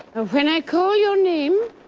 when i call your name,